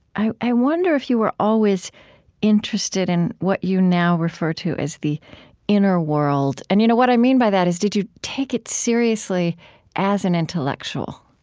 i i wonder if you were always interested in what you now refer to as the inner world. and you know what i mean by that is, did you take it seriously as an intellectual?